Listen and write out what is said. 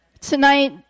Tonight